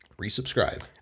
Resubscribe